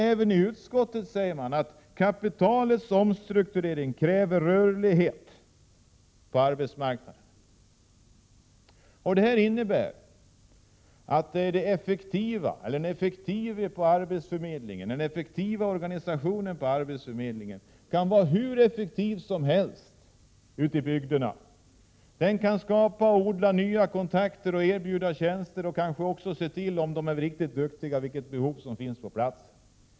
Även i utskottet säger man ju att kapitalets omstrukturering kräver rörlighet på arbetsmarknaden. En arbetsförmedlare och organisationen av en arbetsförmedling ute i bygderna kan vara hur effektiva som helst, kan skapa och odla hur många nya kontakter som helst, erbjuda tjänster och — om de är riktigt duktiga — även se vilket behov som finns på platsen.